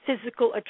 physical